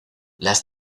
las